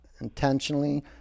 intentionally